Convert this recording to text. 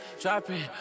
dropping